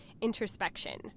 introspection